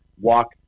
walk